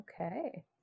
Okay